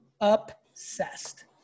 Obsessed